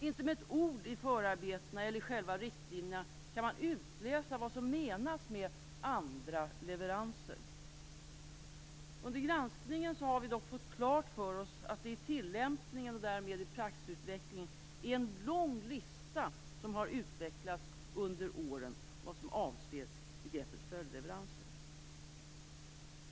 Inte med ett ord i själva riktlinjerna preciseras vad som menas med andra leveranser. Under granskningen har vi dock fått klart för oss att det under åren har utvecklats en lång lista för tilllämpningen och därmed för praxisutvecklingen om vad som avses med begreppet följdleveranser.